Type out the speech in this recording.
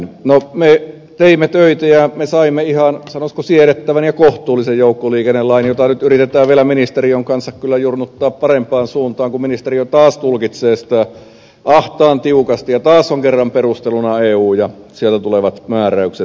no me teimme töitä ja saimme ihan sanoisiko siedettävän ja kohtuullisen joukkoliikennelain jota nyt yritetään vielä ministeriön kanssa kyllä jurnuttaa parempaan suuntaan kun ministeriö taas tulkitsee sitä ahtaan tiukasti ja taas on kerran perusteluna eu ja sieltä tulevat määräykset